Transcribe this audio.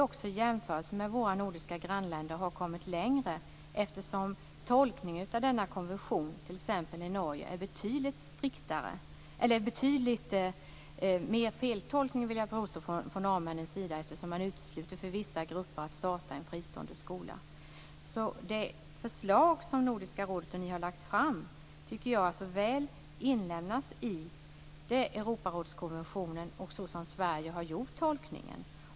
I jämförelse med våra nordiska grannländer har vi kommit längre. Jag vill påstå att t.ex. Norge har gjort en feltolkning av den här konventionen, eftersom man utesluter möjligheten för vissa grupper att starta en fristående skola. Jag tycker att det förslag som Nordiska rådet har lagt fram väl inlemmas i Europarådskonventionen såsom Sverige har tolkat den.